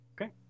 Okay